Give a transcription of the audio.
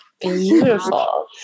beautiful